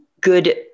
good